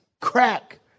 Crack